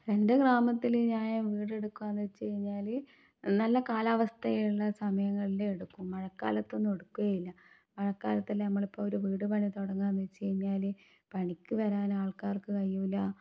എൻ്റെ ഗ്രാമത്തിൽ ഞാൻ വീട് എടുക്കുകാന്ന് വെച്ച് കഴിഞ്ഞാൽ നല്ല കാലാവസ്ഥയുള്ള സമയങ്ങളിൽ എടുക്കും മഴക്കാലത്തൊന്നും എടുക്കുകയില്ല മഴക്കാലത്തിൽ നമ്മളിപ്പം ഒരു വീട് പണി തുടങ്ങാമെന്ന് വെച്ച് കഴിഞ്ഞാൽ പണിക്ക് വരാൻ ആൾക്കാർക്ക് കഴിയൂല